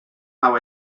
how